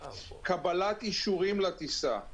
קבלת אישורים לטיסה,